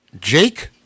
Jake